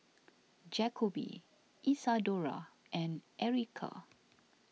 Jacoby Isadora and Erykah